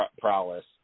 prowess